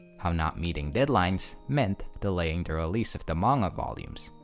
how not meeting deadlines meant delaying the release of the manga volumes,